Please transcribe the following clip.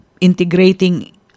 integrating